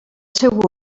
seu